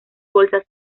bolsas